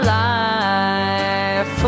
life